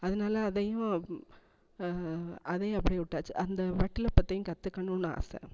அதனால அதையும் அப் அதையும் அப்படியே விட்டாச்சி அந்த வட்டுலப்பத்தையும் கற்றுக்கணுன்னு ஆசை